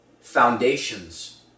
foundations